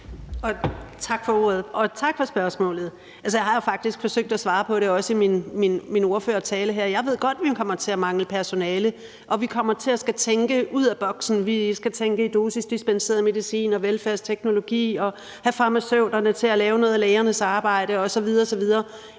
Tak for ordet, og tak for spørgsmålet. Jeg har jo faktisk forsøgt at svare på det, også i min ordførertale her. Jeg ved godt, vi kommer til at mangle personale, og vi kommer til at skulle tænke ud af boksen. Vi skal tænke i dosisdispenseret medicin og velfærdsteknologi og have farmaceuterne til at lave noget af lægernes arbejde osv.